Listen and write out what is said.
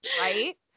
right